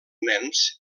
nens